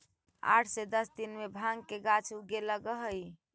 आठ से दस दिन में भाँग के गाछ उगे लगऽ हइ